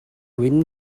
wyn